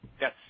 Yes